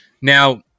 Now